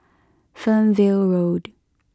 Fernvale Road